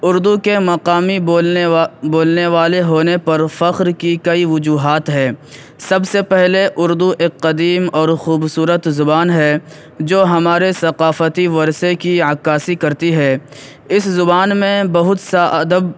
اردو کے مقامی بولنے وا بولنے والے ہونے پر فخر کی کئی وجوہات ہے سب سے پہلے اردو ایک قدیم اور خوبصورت زبان ہے جو ہمارے ثقافتی ورثے کی عکاسی کرتی ہے اس زبان میں بہت سا ادب